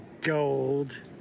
gold